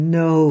no